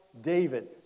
David